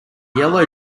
yellow